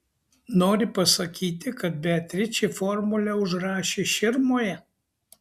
nori pasakyti kad beatričė formulę užrašė širmoje